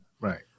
right